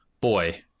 boy